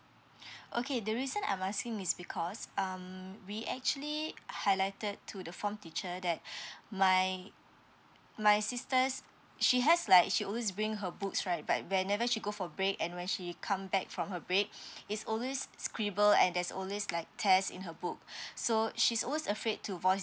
okay the reason I'm asking is because um we actually highlighted to the form teacher that my my sisters she has like she always bring her books right but whenever she go for break and when she come back from her break is always scribble and there's always like tear in her book so she's always afraid to voice